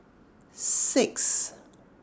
six